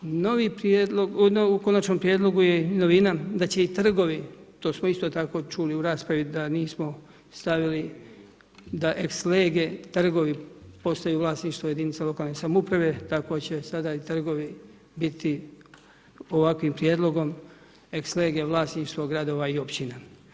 U konačnom prijedlogu je novina da će i trgovi, to smo isto tako čuli u raspravi da nismo stavili da ex lege trgovi postaju vlasništvo jedinica lokalne samouprave, tako će sada i trgovi biti ovakvim prijedlogom ex lege vlasništvo gradova i općina.